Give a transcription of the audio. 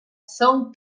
son